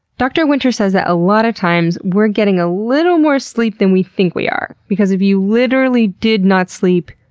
dr. winter says that a lot of times, we're getting a little more sleep than we think we are. because if you literally did not sleep,